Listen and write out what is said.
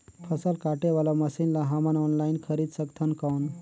फसल काटे वाला मशीन ला हमन ऑनलाइन खरीद सकथन कौन?